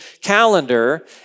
calendar